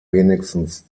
wenigstens